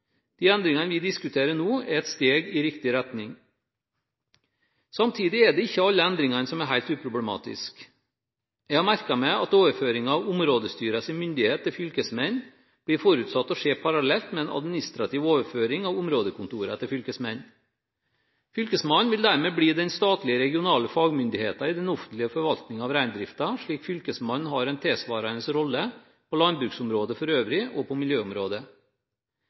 De endringene vi diskuterer nå, er et steg i riktig retning. Samtidig er det ikke alle endringene som er helt uproblematiske. Jeg har merket meg at overføringen av områdestyrenes myndighet til fylkesmennene blir forutsatt å skje parallelt med en administrativ overføring av områdekontorene til fylkesmennene. Fylkesmannen vil dermed bli den statlige regionale fagmyndigheten i den offentlige forvaltningen av reindriften, slik Fylkesmannen har en tilsvarende rolle på landbruksområdet for øvrig og på miljøområdet.